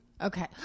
Okay